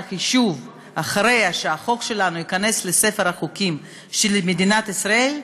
שאחרי שהחוק שלנו ייכנס לספר החוקים של מדינת ישראל,